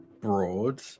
broad